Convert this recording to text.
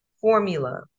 formula